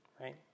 right